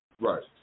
Right